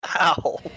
ow